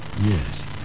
Yes